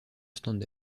stand